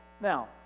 Now